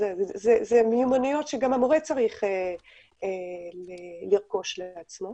אלה מיומנויות שגם המורה צריך לרכוש לעצמו.